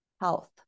health